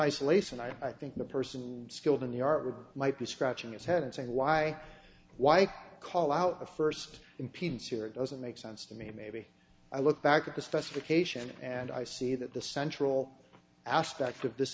isolation i think the person skilled in the r might be scratching his head and saying why why call out the first impedance here doesn't make sense to me maybe i look back at the specification and i see that the central aspect of this